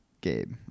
Gabe